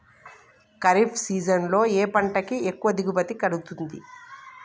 Kharif season లో ఏ పంట కి ఎక్కువ దిగుమతి కలుగుతుంది?